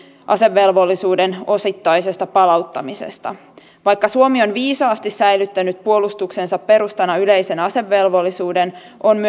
asevelvollisuuden osittaisesta palauttamisesta vaikka suomi on viisaasti säilyttänyt puolustuksensa perustana yleisen asevelvollisuuden on